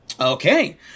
Okay